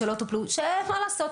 שלא טופלו מה לעשות,